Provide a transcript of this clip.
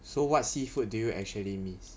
so what seafood do you actually miss